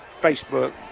Facebook